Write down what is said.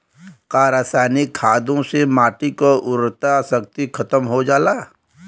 का रसायनिक खादों से माटी क उर्वरा शक्ति खतम हो जाला?